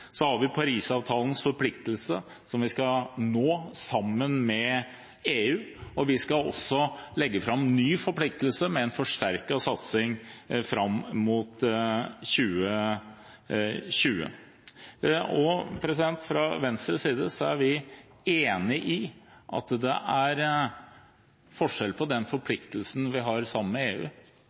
Så har vi Paris-avtalens forpliktelse som vi skal nå sammen med EU. Og vi skal også legge fram ny forpliktelse med en forsterket satsing fram mot 2020. Fra Venstres side er vi enig i at det er forskjell på den forpliktelsen vi har sammen med EU,